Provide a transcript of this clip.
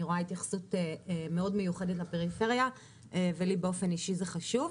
רואה התייחסות מיוחדת לפריפריה ולי באופן אישי זה חשוב.